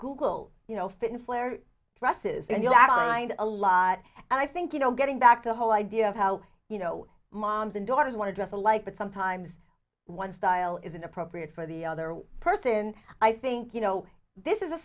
google you know fit in flair dresses and you add on mind a lot and i think you know getting back to the whole idea of how you know moms and daughters want to dress alike but sometimes one style is inappropriate for the other person i think you know this is